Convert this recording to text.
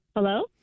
Hello